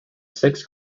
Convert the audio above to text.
six